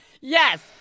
yes